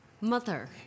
mother